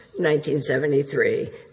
1973